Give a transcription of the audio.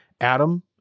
adam